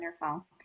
Wonderful